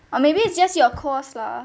or maybe it's just your course lah